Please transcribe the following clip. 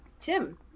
Tim